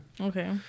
Okay